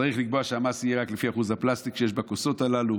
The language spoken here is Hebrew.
צריך לקבוע שהמס יהיה רק לפי אחוז הפלסטיק שיש בכוסות הללו.